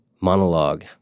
monologue